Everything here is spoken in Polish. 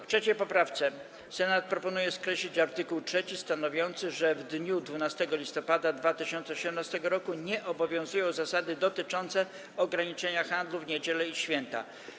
W 3. poprawce Senat proponuje skreślić art. 3 stanowiący, że w dniu 12 listopada 2018 r. nie obowiązują zasady dotyczące ograniczenia handlu w niedzielę i święta.